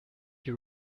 you